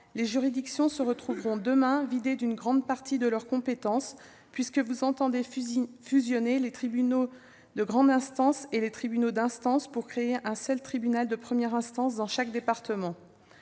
les juridictions se retrouveront demain vidées d'une grande partie de leurs compétences puisque vous entendez fusionner les tribunaux de grande instance et les tribunaux d'instance pour créer un seul tribunal de première instance dans chaque département.